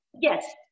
Yes